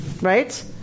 right